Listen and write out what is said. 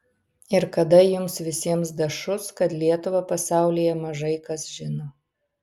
ir kada jums visiems dašus kad lietuvą pasaulyje mažai kas žino